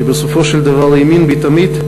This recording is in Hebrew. שבסופו של דבר האמין בי תמיד,